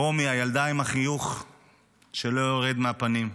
רומי, הילדה עם החיוך שלא יורד מהפנים,